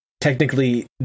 technically